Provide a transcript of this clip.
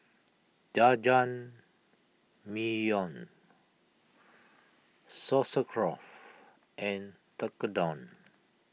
Jajangmyeon Sauerkraut and Tekkadon